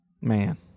Man